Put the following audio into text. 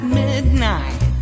midnight